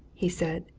he said,